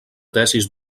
tesis